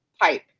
pipe